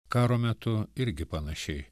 karo metu irgi panašiai